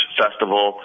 festival